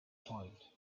point